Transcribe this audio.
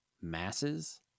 masses